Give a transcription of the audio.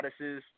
statuses